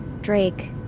Drake